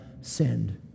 sinned